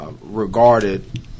Regarded